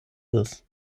this